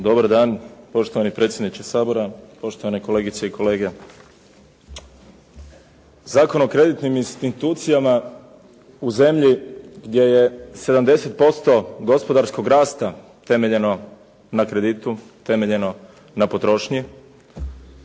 Dobar dan! Poštovani predsjedniče Sabora, poštovane kolegice i kolege. Zakon o kreditnim institucijama u zemlji gdje je 70% gospodarskog rasta temeljeno na kreditu, temeljeno na potrošnji